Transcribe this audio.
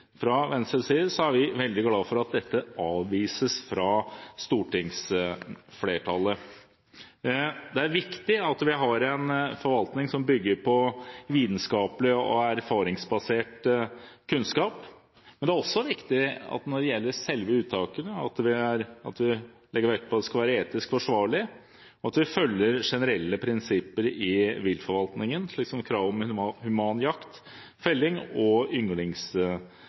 Fra Venstres side er vi veldig glad for at dette avvises av stortingsflertallet. Det er viktig at vi har en forvaltning som bygger på vitenskapelig og erfaringsbasert kunnskap, men det er også viktig at man når det gjelder selve uttakene, legger vekt på at det skal være etisk forsvarlig, og at man følger generelle prinsipper i viltforvaltningen, slik som kravet om human jakt, felling og